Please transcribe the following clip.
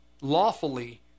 lawfully